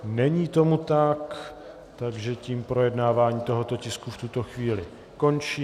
Není tomu tak, takže tím projednávání tohoto tisku v tuto chvíli končí.